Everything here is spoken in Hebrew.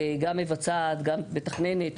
גם מבצעת וגם מתכננת,